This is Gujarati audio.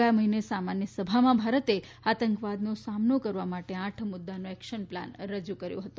ગયા મહિને સામાન્ય સભામાં ભારતે આતંકવાદનો સામનો કરવા માટે આઠ મુદ્દાનો એક્શન પ્લાન રજૂ કર્યો હતો